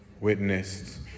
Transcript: witnessed